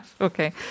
okay